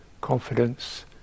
confidence